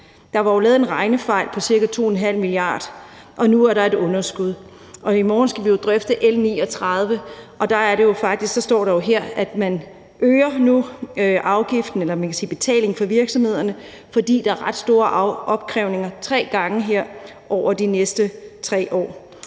Der var jo lavet en regnefejl på ca. 2,5 mia. kr., og nu er der et underskud. I morgen skal vi jo drøfte L 39, og der står her, at man nu øger betalingen for virksomhederne, fordi der er ret store opkrævninger, nemlig tre gange over de næste 3 år.